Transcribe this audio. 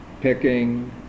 Picking